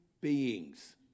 beings